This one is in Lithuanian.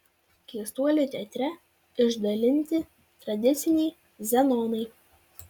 keistuolių teatre išdalinti tradiciniai zenonai